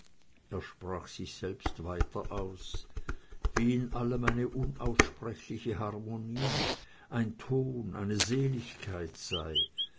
er sprach sich selbst weiter aus wie in allem eine unaussprechliche harmonie ein ton eine seligkeit sei